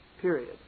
Period